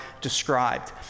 described